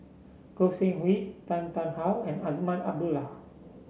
Goi Seng Hui Tan Tarn How and Azman Abdullah